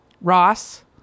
Ross